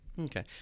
Okay